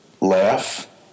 laugh